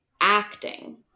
acting